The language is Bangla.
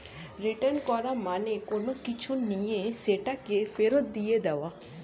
রিটার্ন করা মানে কোনো কিছু নিয়ে সেটাকে ফেরত দিয়ে দেওয়া